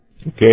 okay